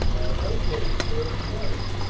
our outposts stand chatting,